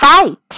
Fight